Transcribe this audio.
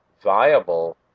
viable